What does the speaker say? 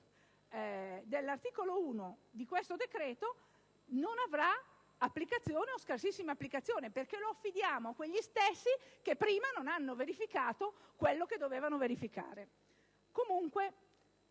dell'articolo 1 di questo decreto non avrà applicazione o scarsissima applicazione, perché lo affidiamo a quegli stessi che prima non hanno verificato quello che dovevano verificare.